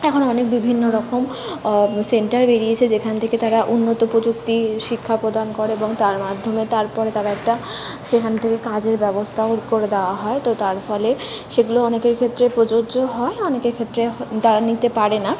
এখন অনেক বিভিন্ন রকম সেন্টার বেরিয়েছে যেখান থেকে তারা উন্নত প্রযুক্তি শিক্ষা প্রদান করে এবং তার মাধ্যমে তার পরে তারা একটা সেখান থেকে কাজের ব্যবস্থাও করে দেওয়া হয় তো তার ফলে সেগুলো অনেকের ক্ষেত্রে প্রযোজ্য হয় অনেকের ক্ষেত্রে তারা নিতে পারে না